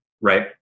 right